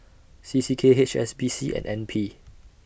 C C K H S B C and N P